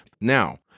Now